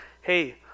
hey